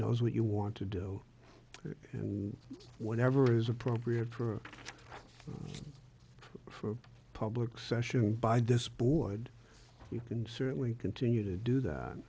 knows what you want to do and whatever is appropriate for for public session by this board you can certainly continue to do